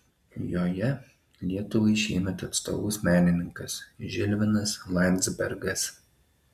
joje lietuvai šiemet atstovaus menininkas žilvinas landzbergas